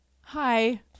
Hi